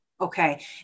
Okay